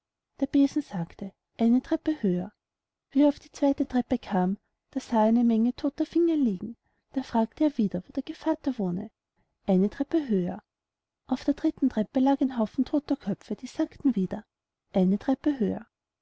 der besen sagte eine treppe höher wie er auf die zweite treppe kam sah er eine menge todter finger liegen da fragte er wieder wo der gevatter wohne eine treppe höher auf der dritten treppe lag ein haufen todter köpfe die sagten wieder eine treppe höher